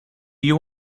you